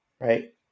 right